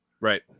Right